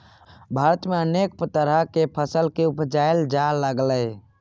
भारत में अनेक तरह के फसल के उपजाएल जा लागलइ